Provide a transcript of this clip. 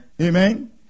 Amen